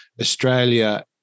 Australia